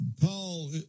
Paul